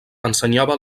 ensenyava